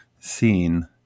seen